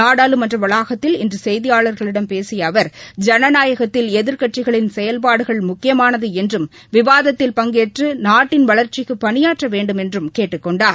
நாடாளுமன்ற வளாகத்தில் இன்று செய்தியாளர்களிடம் பேசிய அவர் ஜனநாயகத்தில் எதிர்க்கட்சிகளின் செயல்பாடுகள் முக்கியமானது என்றும் விவாதத்தில் பங்கேற்று நாட்டின் வளர்ச்சிக்கு பணியாற்ற வேண்டுமென்றும் கேட்டுக் கொண்டார்